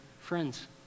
Friends